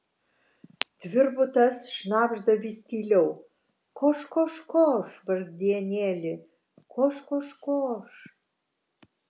tvirbutas šnabžda vis tyliau koš koš koš vargdienėli koš koš koš